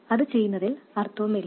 അത് ചെയ്യുന്നതിൽ അർത്ഥമില്ല